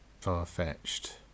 far-fetched